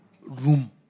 room